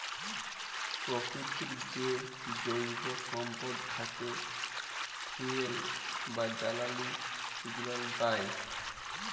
পরকিতির যে জৈব সম্পদ থ্যাকে ফুয়েল বা জালালী গুলান পাই